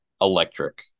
electric